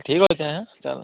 ଠିକ୍ ଅଛି ଏଁ ଚାଲ